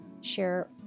share